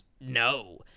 no